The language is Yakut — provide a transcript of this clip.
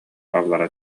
аллара